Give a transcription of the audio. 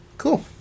Cool